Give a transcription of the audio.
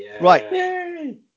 Right